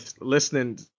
listening